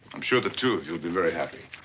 i'm sure the two of you'll be very happy.